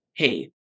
Hey